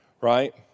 right